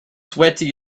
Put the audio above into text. sweaty